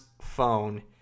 phone